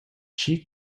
tgi